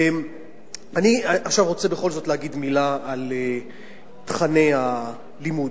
עכשיו אני רוצה בכל זאת להגיד מלה על תוכני הלימוד.